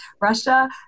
Russia